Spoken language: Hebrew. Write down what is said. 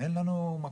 אין לנו מקום,